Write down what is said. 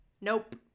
Nope